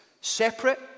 Separate